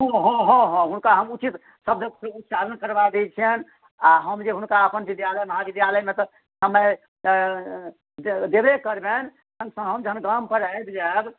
हँ हँ हँ हुनका हम उचित शब्द उच्चारण करबा दैत छियनि आ हम जे हुनका अपन विद्यालयमे महाविद्यालयमे तऽ समय देबे करबनि हम जखन गामपर आबि जायब